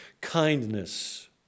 Kindness